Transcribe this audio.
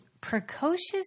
precocious